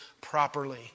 properly